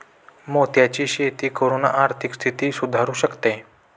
मोत्यांची शेती करून आर्थिक स्थिती सुधारु शकते